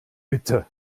bitte